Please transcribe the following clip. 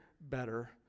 better